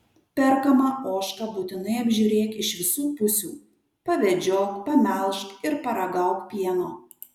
perkamą ožką būtinai apžiūrėk iš visų pusių pavedžiok pamelžk ir paragauk pieno